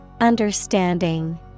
Understanding